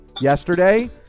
yesterday